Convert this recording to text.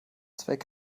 zweck